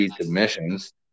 submissions